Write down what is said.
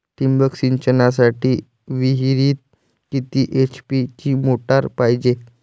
ठिबक सिंचनासाठी विहिरीत किती एच.पी ची मोटार पायजे?